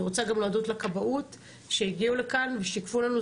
אני רוצה גם להודות לכבאות שהגיעו לכאן ושיקפו לנו,